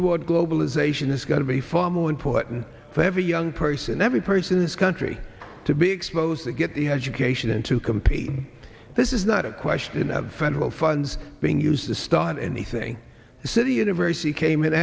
toward globalization has got to be far more important for every young person every person in this country to be exposed to get the education and to compete this is not a question of federal funds being used to start anything the city university came